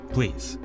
Please